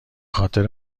خاطر